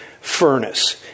furnace